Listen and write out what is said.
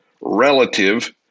Relative